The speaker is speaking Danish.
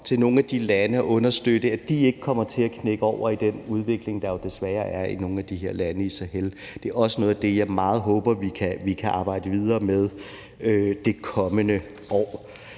til nogle af de lande og understøtte, at de ikke kommer til at knække over i den udvikling, der jo desværre er i nogle af de her lande i forbindelse med Sahel. Det er også noget af det, jeg meget håber vi kan arbejde videre med det kommende år.